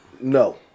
No